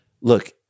look